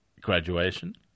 graduation